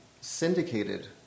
syndicated